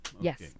Yes